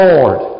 Lord